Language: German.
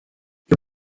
wir